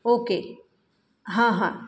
okay हां हां